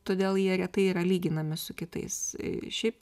todėl jie retai yra lyginami su kitais šiaip